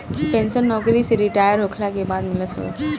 pension नोकरी से retire होखला के बाद मिलत हवे